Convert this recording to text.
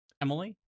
Emily